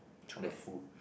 all the food